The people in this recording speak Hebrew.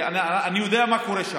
אני יודע מה קורה שם.